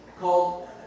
called